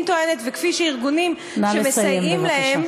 טוענת וכפי שטוענים ארגונים שמסייעים להם,